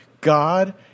God